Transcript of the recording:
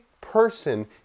person